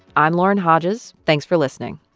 i'm lauren hodges. thanks for listening